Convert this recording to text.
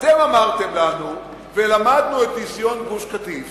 אתם אמרתם לנו, ולמדנו את ניסיון גוש-קטיף,